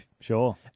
sure